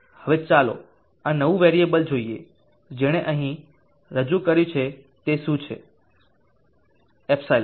હવે ચાલો આ નવું વેરીએબલ જોઈએ જેણે અહીં રજૂ કર્યું છે કે તે શું છે ε